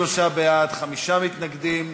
33 בעד, חמישה מתנגדים,